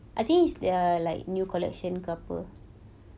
I think is their like new collection ke apa